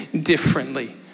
differently